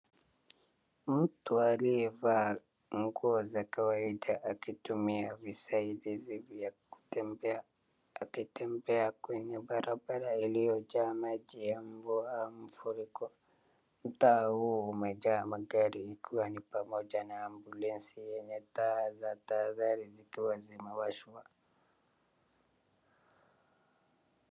Mtu aliyevaa nguo za kawaida akitumia visaidizi vya kutembea , akitembea kwenye barabara iliyojaa maji ya mvua au mafuriko . Mtaa huu umejaa magari ikiwa ni pamoja na ambulensi yenye taa za tahadhari zikiwa zimewashwa.